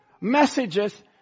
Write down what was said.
messages